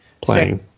playing